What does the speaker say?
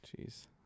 Jeez